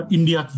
India